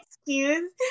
excuse